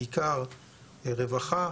בעיקר לרווחה,